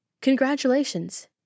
Congratulations